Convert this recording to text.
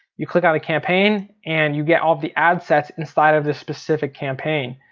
you click on a campaign and you get all of the ad sets inside of this specific campaign.